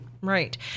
Right